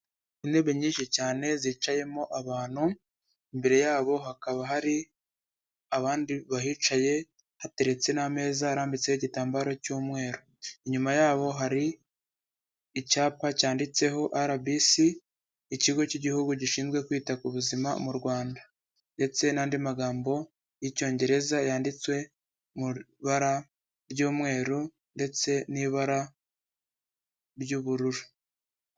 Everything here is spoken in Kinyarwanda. Intebe nyinshi cyane zicayemo abantu, imbere yabo hakaba hari abandi bahicaye hateretse n'ameza arambitseho igitambaro cy'umweru, inyuma yabo hari icyapa cyanditseho RBC ikigo cy'igihugu gishinzwe kwita ku buzima mu Rwanda ndetse n'andi magambo y'icyongereza yanditswe mu ibara ry'umweru ndetse n'ibara ry'ubururu.